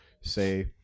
say